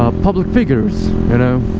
ah public figures you know